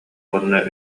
уонна